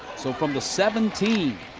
so from the seventeen.